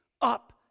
up